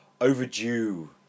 overdue